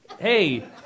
Hey